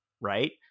right